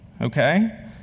Okay